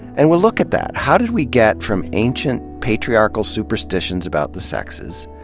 and we'll look at that. how did we get from ancient patriarchal superstitions about the sexes,